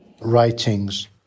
writings